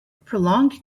prolonged